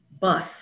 bus